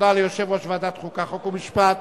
תודה ליושב-ראש ועדת החוקה, חוק ומשפט.